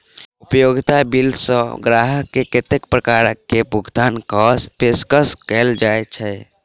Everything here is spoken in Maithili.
उपयोगिता बिल सऽ ग्राहक केँ कत्ते प्रकार केँ भुगतान कऽ पेशकश कैल जाय छै?